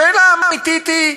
השאלה האמיתית היא: